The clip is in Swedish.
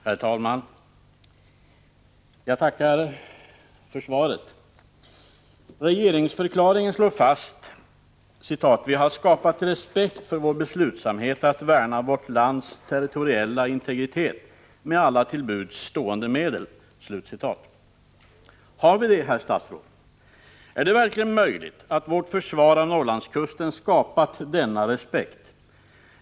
Herr talman! Jag tackar för svaret! Regeringsförklaringen slår fast: ”Vi har skapat respekt för vår beslutsamhet att värna vårt lands territoriella integritet med alla till buds stående medel.” Har vi det, herr statsråd? Är det verkligen möjligt att vårt försvar av Norrlandskusten skapat respekt?